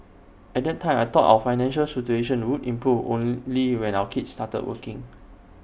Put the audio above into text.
at that time I thought our financial situation would improve only when our kids started working